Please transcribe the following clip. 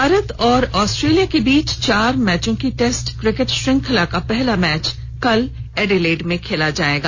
भारत और ऑस्ट्रेलिया के बीच चार मैचों की टैस्ट क्रिकेट श्रृंखला का पहला मैच कल एडिलेड में खेला जायेगा